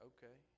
Okay